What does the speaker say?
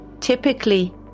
typically